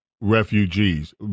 refugees